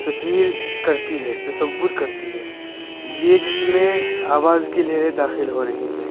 تصویر کرتی ہے تصور کرتی ہے یہ جس میں آواز کی لہریں داخل ہو رہی ہیں